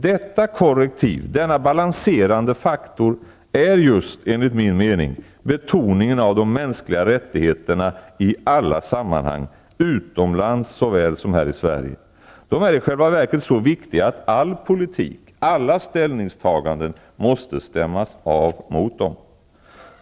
Detta korrektiv, denna balanserande faktor, är enligt min mening just betoningen av de mänskliga rättigheterna i alla sammanhang, utomlands såväl som här i Sverige. De är i själva verket så viktiga att all politik, alla ställningstaganden måste stämmas av mot dem.